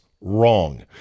wrong